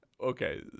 Okay